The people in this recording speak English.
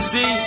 See